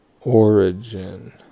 Origin